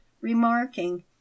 remarking